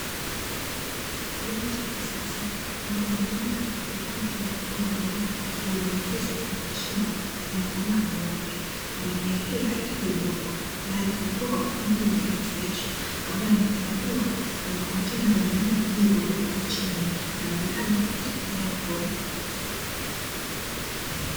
Kilimo cha kisasa, ambapo mimea hupandwa kwenye makopo madogo yaliyodumbukizwa kwenye mashimo ya kwenye mabomba meupe, na mimea hii haihitaji udongo, bali hukua kwa kutumia maji yenye virutubisho, ambayo yanahifadhiwa kwenye kontena lenye rangi ya kijivu lililopo kwa chini, na maji hayo hupita kwenye hayo mabomba.